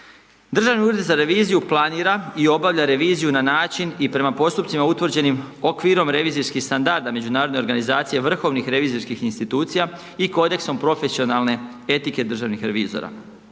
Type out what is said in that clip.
Državni ured za reviziju planira i obavlja reviziju na način i prema postupcima utvrđenim okvirom revizijskih standarda međunarodne organizacije, vrhovnih revizijskih institucija i kodeksom profesionalne etike državnih revizora.